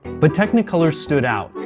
but technicolor stood out,